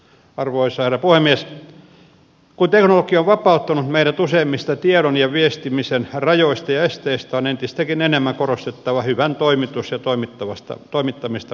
kun teknologia on vapauttanut meidät useimmista tiedon ja viestimisen rajoista ja esteistä on entistäkin enemmän korostettava hyvän toimitus ja toimittamistavan periaatteita